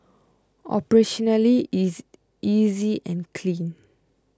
operationally it's easy and clean